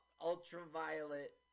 ultraviolet